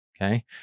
Okay